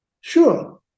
Sure